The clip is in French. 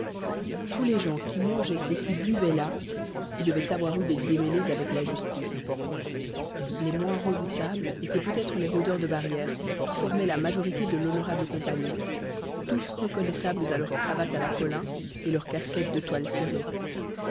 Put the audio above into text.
tous les gens qui mangeaient et qui buvaient là devaient avoir eu des démêlés avec la justice les moins redoutables étaient peut-être les rôdeurs de barrière qui formaient la majorité de l'honorable compagnie tous reconnaissables à leur cravate à la colin et leur casquette de toile cirée